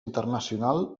internacional